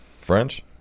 French